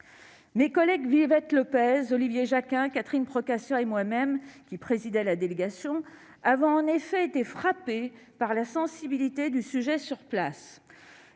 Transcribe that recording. de Corée. Vivette Lopez, Olivier Jacquin, Catherine Procaccia et moi-même, qui présidais la délégation, avons en effet été frappés par la sensibilité du sujet en Corée